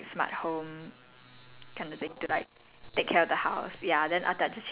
ya like my family don't have to do chores then I'll just like use my A_I like smart home